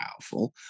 powerful